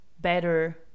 better